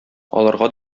аларга